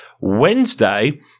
wednesday